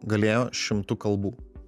galėjo šimtu kalbų